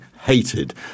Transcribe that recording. hated –